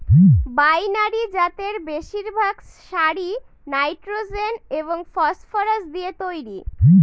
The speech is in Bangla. বাইনারি জাতের বেশিরভাগ সারই নাইট্রোজেন এবং ফসফরাস দিয়ে তৈরি